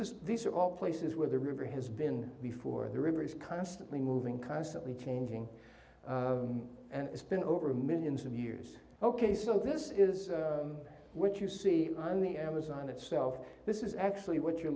is these are all places where the river has been before the river is constantly moving constantly changing and it's been over millions of years ok so this is what you see on the amazon itself this is actually what you're